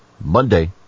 Monday